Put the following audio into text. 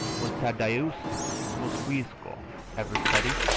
was tadeusz kosciusko ever teddy?